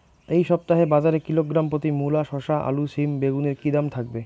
এই সপ্তাহে বাজারে কিলোগ্রাম প্রতি মূলা শসা আলু সিম বেগুনের কী দাম থাকবে?